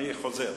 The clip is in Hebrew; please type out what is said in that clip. אני חוזר: